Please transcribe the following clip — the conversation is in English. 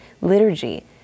liturgy